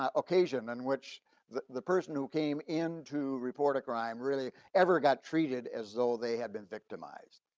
um occasion and which the the person who came in to report a crime really ever got treated as though they had been victimized.